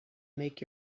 make